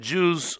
Jews